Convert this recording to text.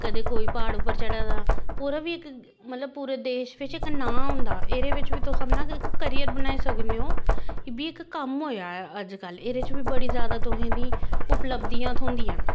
कदें कोई प्हाड़ उप्पर चढ़ा दा ओह्दा बी इक मतलब पूरे देश बिच्च इक नांऽ होंदा एह्दे बिच्च बी तुस अपना इक कैरियर बनाई सकने ओ एह् बी इक कम्म होएआ अज्जकल एह्दे च बड़ी जादा तुसेंगी उपलब्दियां थ्होंदियां न